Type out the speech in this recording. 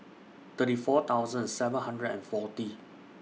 thirty four thousand seven hundred and forty